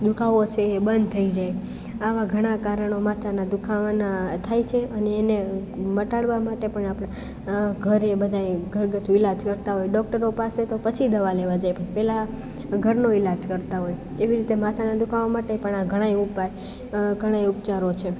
દુખાવો છે એ બંદ થઈ જાય આવા ઘણા કારણો માથાના દુખાવાના થાય છે અને એને મટાડવા માટે પણ આપણે ઘરે બધાય ઘરગથ્થુ ઈલાજ કરતાં હોય ડોકટરો પાસે તો પછી દવા લેવા જાય પણ પહેલા ઘરનો ઈલાજ કરતાં હોય એવી રીતે માથાના દુખાવા માટે પણ આ ઘણાય ઉપાય ઘણાય ઉપચારો છે